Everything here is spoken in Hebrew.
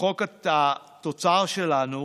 החוב תוצר שלנו